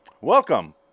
welcome